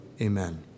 Amen